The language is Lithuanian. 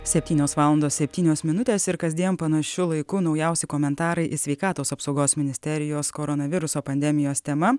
septynios valandos septynios minutės ir kasdien panašiu laiku naujausi komentarai sveikatos apsaugos ministerijos koronaviruso pandemijos tema